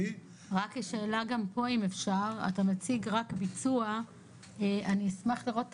אנחנו אספנו את הרשימה לפי מגזרים ואתם יכולים לראות את